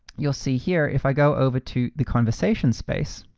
you'll see here, if i go over to the conversation space,